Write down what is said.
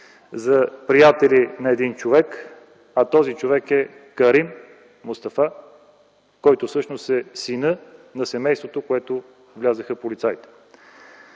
за приятели на един човек, а този човек е Карим Мустафа – всъщност синът на семейството, в което влязоха полицаите.